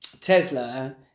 Tesla